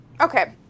Okay